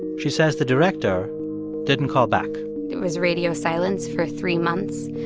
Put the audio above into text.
she says the director didn't call back it was radio silence for three months.